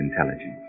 intelligence